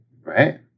right